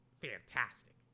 fantastic